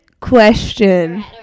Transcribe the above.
question